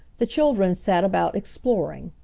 the children sat about exploring.